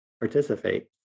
participate